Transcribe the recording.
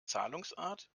zahlungsart